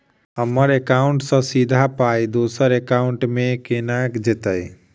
हम्मर एकाउन्ट सँ सीधा पाई दोसर एकाउंट मे केना जेतय?